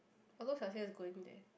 I thought Xiao-Xian is going to there